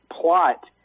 plot